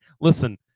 Listen